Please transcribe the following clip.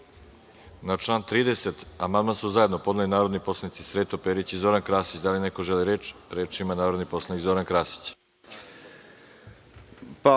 član 30. amandman su zajedno podneli narodni poslanici Sreto Perić i Zoran Krasić. Da li neko želi reč? (Da.)Reč ima narodni poslanik Zoran Krasić.